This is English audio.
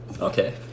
okay